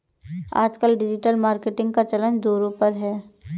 आजकल digital marketing का चलन ज़ोरों पर है